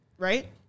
Right